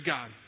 God